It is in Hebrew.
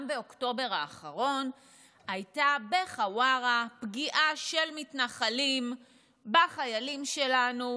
גם באוקטובר האחרון הייתה בחווארה פגיעה של מתנחלים בחיילים שלנו,